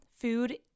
food